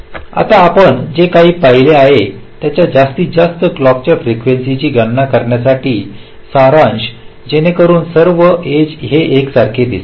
आता आपण जे काही पाहिले आहे त्याच्या जास्तीत जास्त क्लॉक च्या फ्रीकेंसीची गणना करण्यासाठी सारांश जेणेकरून सर्व एज हे यासारखे दिसेल